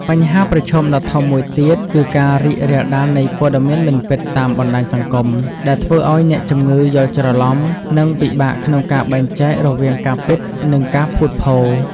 បញ្ហាប្រឈមដ៏ធំមួយទៀតគឺការរីករាលដាលនៃព័ត៌មានមិនពិតតាមបណ្តាញសង្គម ដែលធ្វើឱ្យអ្នកជំងឺយល់ច្រឡំនិងពិបាកក្នុងការបែងចែករវាងការពិតនិងការភូតភរ។